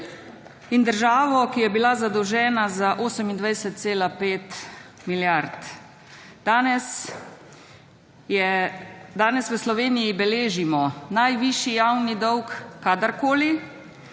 in državo, ki je bila zadolžena za 28,5 milijard. Danes v Sloveniji beležimo najvišji javni dolg, kadarkoli,